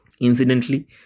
Incidentally